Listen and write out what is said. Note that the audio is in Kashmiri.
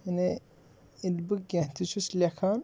یعنی ییٚلہِ بہٕ کینٛہہ تہِ چھُس لیکھان